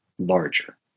Larger